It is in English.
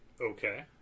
Okay